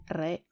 re